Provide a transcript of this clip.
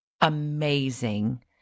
amazing